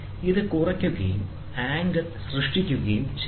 ഇത് കുറയ്ക്കുകയും ആംഗിൾ സൃഷ്ടിക്കുകയും ചെയ്യുന്നു